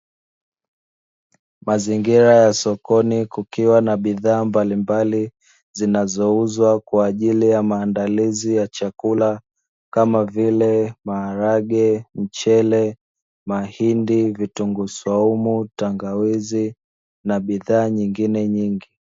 Mazingira ya sokoni, kukiwa na bidhaa mbalimbali zinazouzwa kwa ajili ya maandalizi ya chakula, kama vile: maharage, mchele, mahindi, vitunguu saumu, tangawizi na bidhaa nyingine nyingi.